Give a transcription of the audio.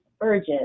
urgent